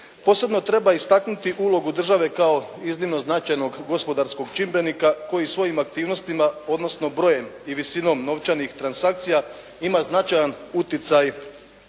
Posebno treba istaknuti ulogu države kao iznimno značajnog gospodarskog čimbenika koji svojim aktivnostima, odnosno brojem i visinom novčanih transakcija ima značajan uticaj